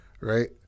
right